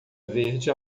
verde